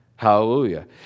Hallelujah